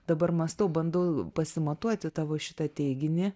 dabar mąstau bandau pasimatuoti tavo šitą teiginį